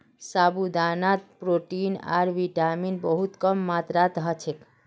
साबूदानात प्रोटीन आर विटामिन बहुत कम मात्रात ह छेक